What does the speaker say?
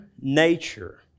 nature